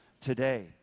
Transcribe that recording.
today